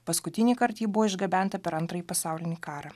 paskutinįkart ji buvo išgabenta per antrąjį pasaulinį karą